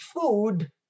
food